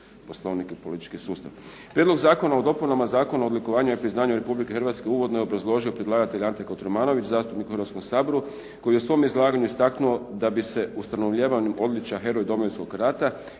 Hrvatske uvodno je obrazložio predlagatelj Ante Kotromanović zastupnik u Hrvatskom saboru, koji je u svom izlaganju istaknuo da bi se ustanovljavanjem odličja "Heroj Domovinskog rata",